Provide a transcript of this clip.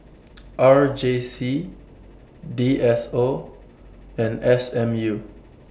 R J C D S O and S M U